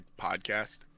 podcast